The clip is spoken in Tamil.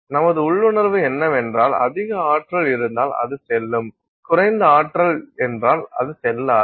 நமது உள்ளுணர்வு என்னவென்றால் அதிக ஆற்றல் இருந்தால் அது செல்லும் குறைந்த ஆற்றல் என்றால் அது செல்லாது